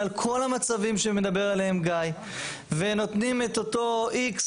על כל המצבים שמדבר עליהם גיא ונותנים את אותו X אחוז,